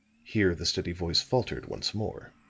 here the steady voice faltered once more,